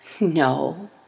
No